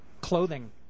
clothing